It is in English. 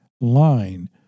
line